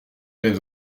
avait